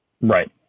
Right